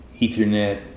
Ethernet